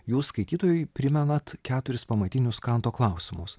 jūs skaitytojui primenat keturis pamatinius kanto klausimus